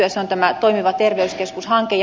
se on tämä toimiva terveyskeskus hanke